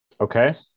Okay